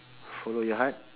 follow your heart